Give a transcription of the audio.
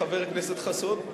חבר הכנסת חסון.